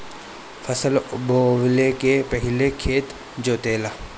फसल बोवले के पहिले खेत जोताला